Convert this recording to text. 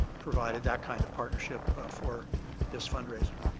provided that kind of partnership for this fundraiser.